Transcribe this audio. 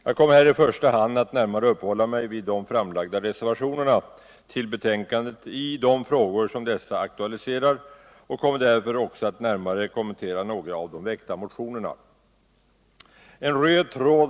Jag kommer att i första hand uppehålla mig vid de framlagda reservationerna och de frågor som dessa aktualiserar. Därför kommer jag också att närmare kommentera nägra av de väckta motionerna. Herr talman!